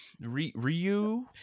Ryu